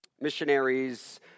Missionaries